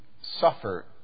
suffer